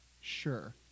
Sure